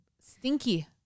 Stinky